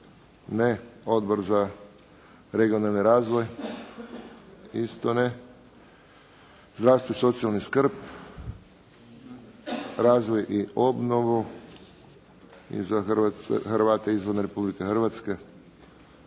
Ne. Odbor za regionalni razvoj? Isto ne. Zdravstvo i socijalnu skrb? Razvoj i obnovu? I za Hrvate izvan Republike Hrvatske?